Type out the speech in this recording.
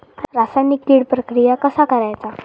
रासायनिक कीड प्रक्रिया कसा करायचा?